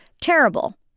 Terrible